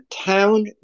town